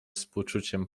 współczuciem